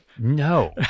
No